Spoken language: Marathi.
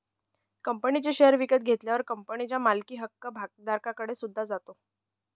कंपनीचे शेअर विकत घेतल्यावर कंपनीच्या मालकी हक्क भागधारकाकडे सुद्धा जातो